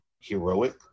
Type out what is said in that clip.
heroic